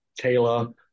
Kayla